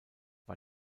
war